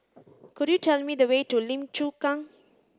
could you tell me the way to Lim Chu Kang